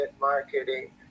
marketing